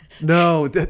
No